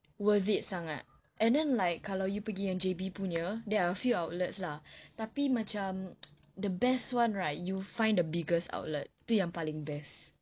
worth it sangat and then like kalau you pergi yang J_B punya there are few outlets lah tapi the best one right you find the biggest outlet itu yang paling best